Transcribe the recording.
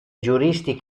giuristi